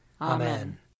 Amen